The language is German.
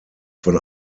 von